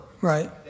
Right